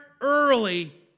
early